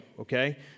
Okay